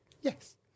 Yes